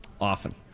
often